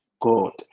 God